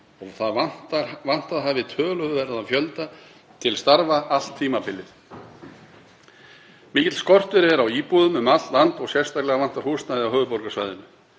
og vantað hafi töluverðan fjölda til starfa allt tímabilið. Mikill skortur er á íbúðum um allt land og sérstaklega vantar húsnæði á höfuðborgarsvæðinu.